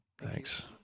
Thanks